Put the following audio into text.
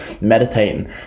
meditating